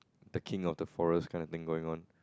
the kind of the forest kinda thing going on